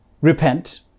repent